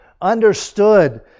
understood